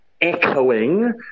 echoing